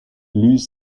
luz